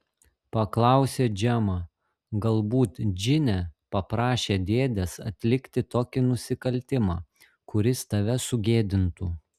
paklausė džemą galbūt džine paprašė dėdės atlikti tokį nusikaltimą kuris tave sugėdintų